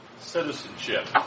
citizenship